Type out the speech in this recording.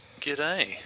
G'day